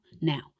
now